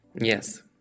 Yes